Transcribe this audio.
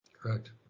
Correct